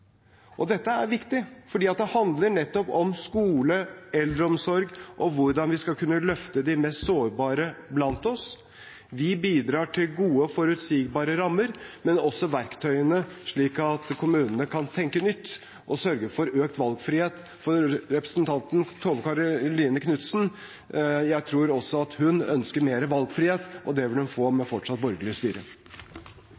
Dette er viktig fordi det handler om nettopp skole, eldreomsorg og hvordan vi skal kunne løfte de mest sårbare blant oss. Vi bidrar til gode og forutsigbare rammer, men også verktøyene, slik at kommunene kan tenke nytt og sørge for økt valgfrihet. For jeg tror at også representanten Tove Karoline Knutsen ønsker mer valgfrihet, og det vil hun få